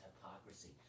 hypocrisy